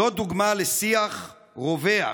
זאת דוגמה לשיח רווח,